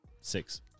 Six